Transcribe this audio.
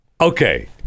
Okay